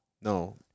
no